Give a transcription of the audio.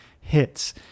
hits